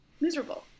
miserable